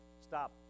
stop